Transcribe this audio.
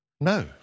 No